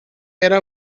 era